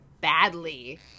badly